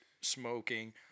smoking